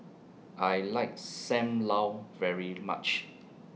I like SAM Lau very much